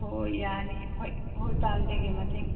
ꯍꯣꯏ ꯍꯣꯏ ꯌꯥꯅꯤ ꯍꯣꯏ ꯄꯥꯡꯖꯒꯦ ꯃꯇꯦꯡ